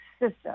system